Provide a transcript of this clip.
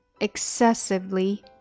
excessively